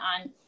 on